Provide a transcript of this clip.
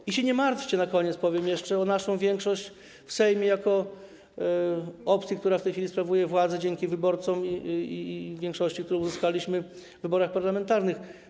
I się nie martwcie - powiem jeszcze na koniec - o naszą większość w Sejmie jako opcji, która w tej chwili sprawuje władzę dzięki wyborcom i większości, którą uzyskaliśmy w wyborach parlamentarnych.